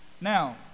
Now